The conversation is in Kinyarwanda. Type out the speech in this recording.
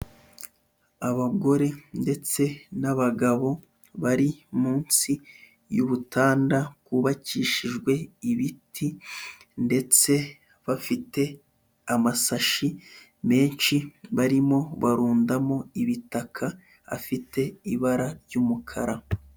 Abagore ndetse n'abagabo bari munsi y'ubutanda bwubakishijwe ibiti ndetse bafite amasashi menshi, barimo barundamo ibitaka afite ibara ry'umukara.